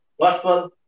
gospel